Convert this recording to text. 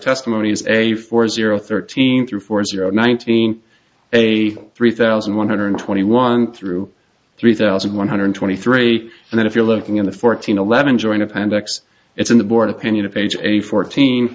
testimony is a four zero thirteen through four zero nineteen a three thousand one hundred twenty one through three thousand one hundred twenty three and then if you're looking in the fourteen eleven join appendix it's in the board opinion of age eighty fourteen